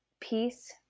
peace